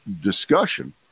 discussion